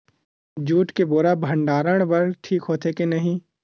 Jute के बोरा भंडारण बर ठीक होथे के नहीं?